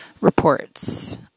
reports